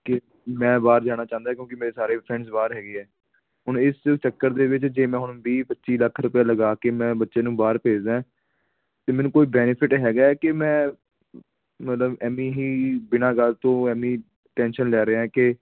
ਕਿ ਮੈਂ ਬਾਹਰ ਜਾਣਾ ਚਾਹੁੰਦਾ ਕਿਉਂਕਿ ਮੇਰੇ ਸਾਰੇ ਫਰੈਂਡਸ ਬਾਹਰ ਹੈਗੇ ਹੈ ਹੁਣ ਇਸ ਚੱਕਰ ਦੇ ਵਿੱਚ ਜੇ ਮੈਂ ਹੁਣ ਵੀਹ ਪੱਚੀ ਲੱਖ ਰੁਪਇਆ ਲਗਾ ਕੇ ਮੈਂ ਬੱਚੇ ਨੂੰ ਬਾਹਰ ਭੇਜਦਾ ਅਤੇ ਮੈਨੂੰ ਕੋਈ ਬੈਨੀਫਿਟ ਹੈਗਾ ਕਿ ਮੈਂ ਮਤਲਬ ਐਵੇਂ ਹੀ ਬਿਨਾਂ ਗੱਲ ਤੋਂ ਐਵੇਂ ਹੀ ਟੈਂਸ਼ਨ ਲੈ ਰਿਹਾ ਕਿ